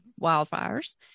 wildfires